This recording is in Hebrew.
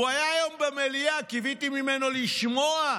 הוא היה היום במליאה, קיוויתי לשמוע ממנו.